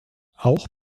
auch